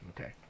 Okay